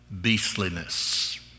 beastliness